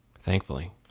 Thankfully